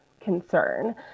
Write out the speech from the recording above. concern